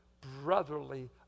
brotherly